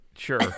Sure